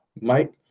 Mike